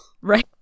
Right